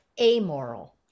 amoral